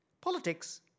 Politics